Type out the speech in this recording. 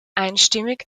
einstimmig